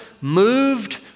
moved